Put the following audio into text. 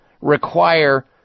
require